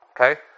Okay